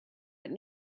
but